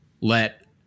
let